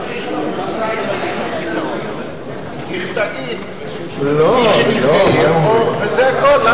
למה לך להשתמש במושג, מי שמתגייר וזה הכול.